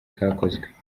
kakozwe